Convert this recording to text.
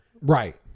right